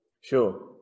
Sure